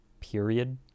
period